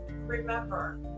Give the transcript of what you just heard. remember